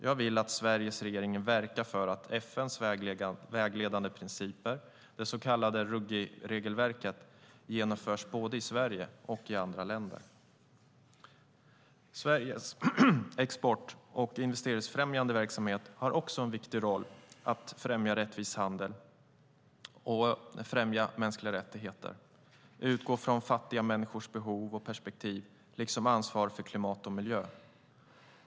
Jag vill att Sveriges regering verkar för att FN:s vägledande principer, det så kallade Ruggieregelverket, ska införas både i Sverige och i andra länder. Sveriges export och investeringsfrämjande verksamhet har en viktig roll i att främja en rättvis handel och främja mänskliga rättigheter, utgå från fattiga människors behov och perspektiv liksom ansvar för klimat och miljö.